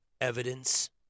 evidence